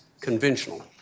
conventional